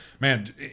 man